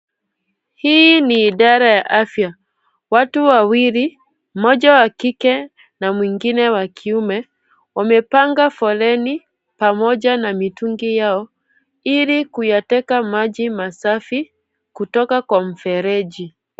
Hii ni idara ya afya. Watu wawili, mmoja wa kike na mwingine wa kiume, wamepanga foleni pamoja na mitungi yao, ili kuyateka maji masafi kutoka kwa mfereji.